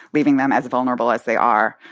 leaving them as vulnerable as they are,